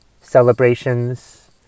celebrations